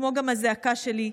כמו גם הזעקה שלי,